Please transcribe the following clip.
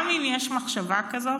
גם אם יש מחשבה כזאת,